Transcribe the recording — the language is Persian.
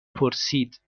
پرسید